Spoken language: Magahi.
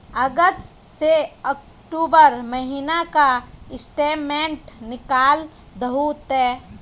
अगस्त से अक्टूबर महीना का स्टेटमेंट निकाल दहु ते?